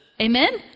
amen